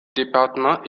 département